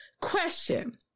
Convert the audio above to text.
question